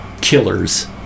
killers